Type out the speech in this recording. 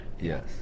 Yes